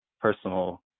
personal